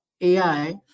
AI